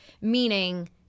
meaning